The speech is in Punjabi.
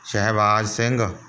ਸ਼ਹਿਬਾਜ ਸਿੰਘ